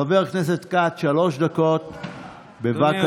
חבר הכנסת כץ, שלוש דקות, בבקשה.